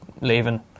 leaving